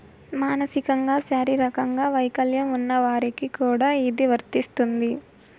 మానసికంగా శారీరకంగా వైకల్యం ఉన్న వారికి కూడా ఇది వర్తిస్తుంది